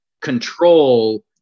control